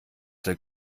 der